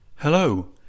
Hello